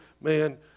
man